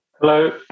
Hello